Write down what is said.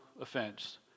offense